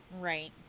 Right